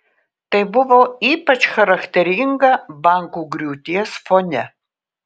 tai buvo ypač charakteringa bankų griūties fone